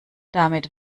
damit